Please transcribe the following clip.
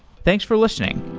thanks for listening